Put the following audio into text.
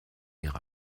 ihre